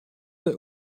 that